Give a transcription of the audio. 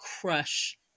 crush